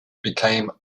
became